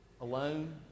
alone